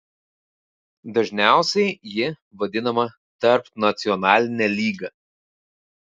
dažniausiai ji vadinama tarpnacionaline lyga